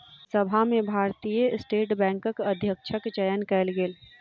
सभा में भारतीय स्टेट बैंकक अध्यक्षक चयन कयल गेल